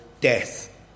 death